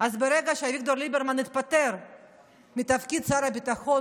אז ברגע שאביגדור ליברמן התפטר מתפקיד שר הביטחון